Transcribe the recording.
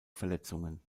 verletzungen